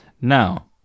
Now